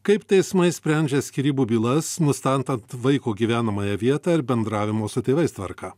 kaip teismai sprendžia skyrybų bylas nustatant vaiko gyvenamąją vietą ir bendravimo su tėvais tvarką